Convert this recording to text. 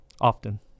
Often